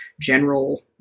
general